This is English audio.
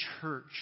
church